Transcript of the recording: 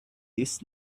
his